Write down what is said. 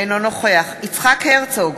אינו נוכח יצחק הרצוג,